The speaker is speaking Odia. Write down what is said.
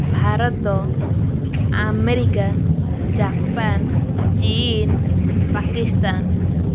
ଭାରତ ଆମେରିକା ଜାପାନ୍ ଚୀନ୍ ପାକିସ୍ତାନ୍